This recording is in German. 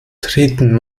treten